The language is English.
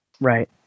Right